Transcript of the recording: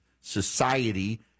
Society